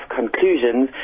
conclusions